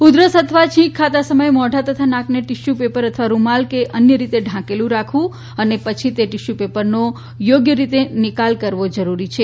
ઉધરસ અથવા ખાતા સમયે મોઢા અને નાકને ટીસ્યુ પેપર અથવા રૂમાલથી કે અન્ય રીતે ઢાંકેલું રાખવું તથા તે પછી ટીસ્યુ પેપરનો યોગ્ય રીતે નિકાલ કરવો જરૂરી છે